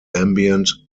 ambient